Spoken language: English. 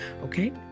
okay